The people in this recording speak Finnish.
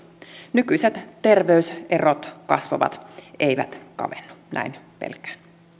nykyiset terveyserot kasvavat eivät kavennu näin pelkään